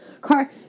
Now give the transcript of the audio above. car